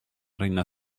reina